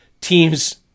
teams